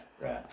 right